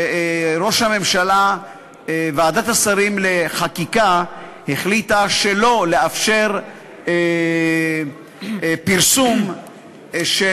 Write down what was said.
שוועדת השרים לחקיקה החליטה לא לאפשר פרסום של